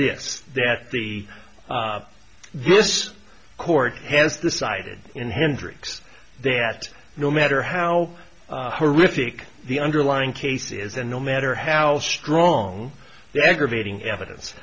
this that the this court has decided in hendricks there at no matter how horrific the underlying case is and no matter how strong the aggravating evidence